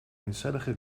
eencellige